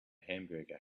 hamburger